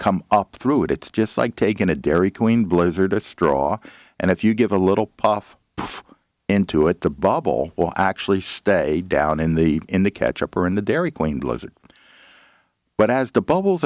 come up through it it's just like taking a dairy queen blizzard a straw and if you give a little puff puff into it the bubble will actually stay down in the in the catch up or in the dairy queen blizzard but as the bubbles